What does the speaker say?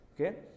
Okay